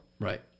Right